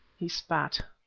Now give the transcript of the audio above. he spat.